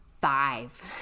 five